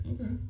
okay